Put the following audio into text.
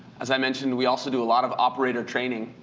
as i mentioned, we also do a lot of operator training.